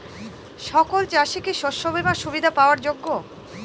সকল চাষি কি শস্য বিমার সুবিধা পাওয়ার যোগ্য?